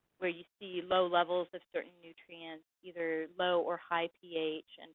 where you see low levels of certain nutrients, either low or high ph, and